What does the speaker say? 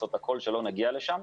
לעשות הכול שלא נגיע לשם,